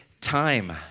time